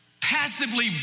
passively